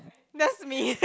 that's me